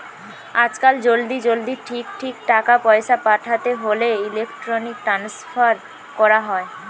আজকাল জলদি জলদি ঠিক ঠিক টাকা পয়সা পাঠাতে হোলে ইলেক্ট্রনিক ট্রান্সফার কোরা হয়